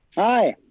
aye,